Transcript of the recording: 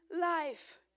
life